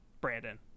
Brandon